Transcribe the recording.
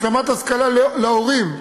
השלמת השכלה להורים,